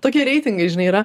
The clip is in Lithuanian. tokie reitingai žinai yra